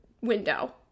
window